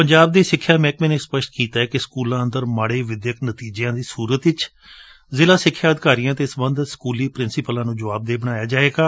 ਪੰਜਾਬ ਦੇ ਸਿਖਿਆ ਮਹਿਕਮੇ ਨੇ ਸਪਸ਼ਟ ਕੀਤੈ ਕਿ ਸਕੂਲਾਂ ਅੰਦਰ ਮਾੜੇ ਵਿਦਿਅਕ ਨਤੀਜਿਆਂ ਦੀ ਸੂਰਤ ਵਿਚ ਜ਼ਿਲ੍ਹਾ ਸਿਖਿਆ ਅਧਿਕਾਰੀਆਂ ਅਤੇ ਸਬੰਧਤ ਸਕੂਲੀ ਪ੍ਰਿੰਸੀਪਲਾਂ ਨੂੰ ਜਵਾਬਦੇਹ ਬਣਾਇਆ ਜਾਵੇਗਾ